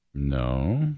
No